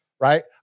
right